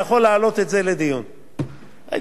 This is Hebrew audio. הייתי בטוח שהכול ואז,